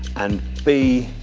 and b,